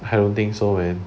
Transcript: I don't think so man